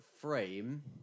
frame